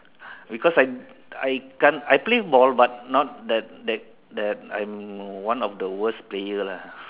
because I'm I can't I play ball but not the that the I'm one of the worse player lah